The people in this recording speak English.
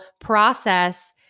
process